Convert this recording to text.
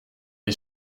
est